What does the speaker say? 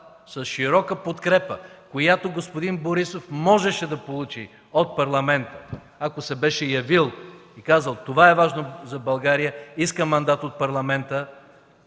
с широка подкрепа, която господин Борисов можеше да получи от Парламента, ако се беше явил и казал: „Това е важно за България. Искам мандат от Парламента”.